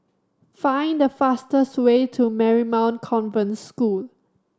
find the fastest way to Marymount Convent School